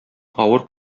авыр